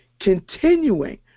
continuing